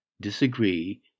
disagree